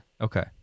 okay